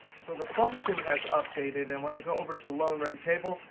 so the function has updated, and when i go over to loan rate table,